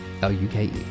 L-U-K-E